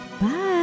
Bye